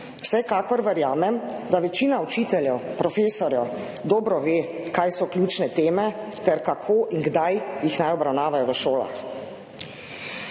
Vsekakor verjamem, da večina učiteljev, profesorjev dobro ve, kaj so ključne teme ter kako in kdaj naj jih obravnavajo v šolah.